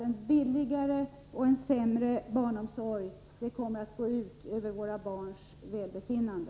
En billigare och sämre barnomsorg kommer att gå ut över våra barns välbefinnande!